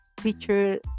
feature